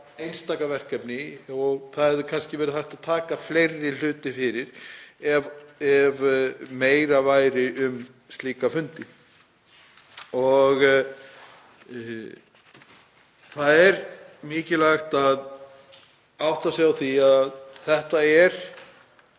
einstaka verkefni og það væri kannski hægt að taka fleiri hluti fyrir ef meira væri um slíka fundi. Það er mikilvægt að átta sig á því að þetta er